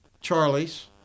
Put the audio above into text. Charlies